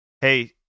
hey